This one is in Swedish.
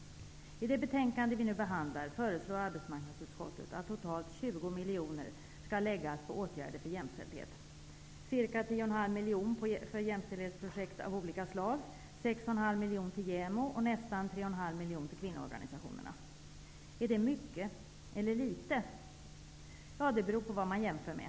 I det betänkande vi nu behandlar föreslår arbetsmarknadsutskottet att totalt 20 miljoner skall läggas på åtgärder för jämställdhet: ca 10,5 miljoner till JämO och nästan 3,5 miljoner till kvinnoorganisationerna. Är det mycket eller litet? Ja, det beror på vad man jämför med.